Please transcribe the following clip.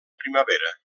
primavera